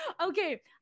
Okay